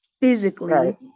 physically